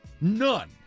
None